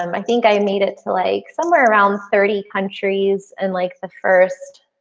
um i think i made it to like somewhere around thirty countries and like the first,